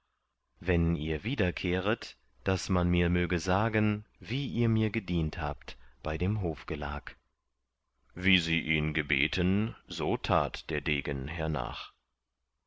wenn ihr wiederkehret daß man mir möge sagen wie ihr mir gedient habt bei dem hofgelag wie sie ihn gebeten so tat der degen hernach